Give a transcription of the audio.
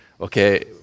okay